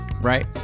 right